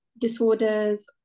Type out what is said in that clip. disorders